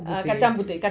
kacang puteh